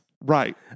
right